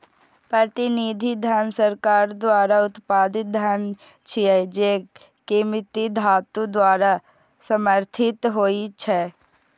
प्रतिनिधि धन सरकार द्वारा उत्पादित धन छियै, जे कीमती धातु द्वारा समर्थित होइ छै